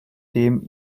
dem